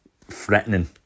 threatening